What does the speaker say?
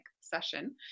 session